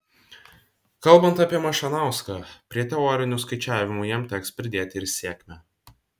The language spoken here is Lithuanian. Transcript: kalbant apie mašanauską prie teorinių skaičiavimų jam teks pridėti ir sėkmę